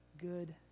good